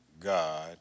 God